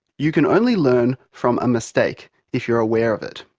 you can only learn from a mistake if you are aware of it.